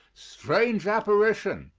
strange apparition!